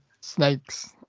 snakes